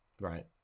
Right